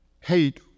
hate